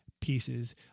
pieces